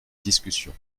discussion